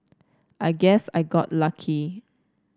I guess I got lucky